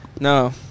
No